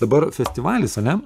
dabar festivalis ane